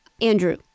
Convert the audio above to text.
Andrew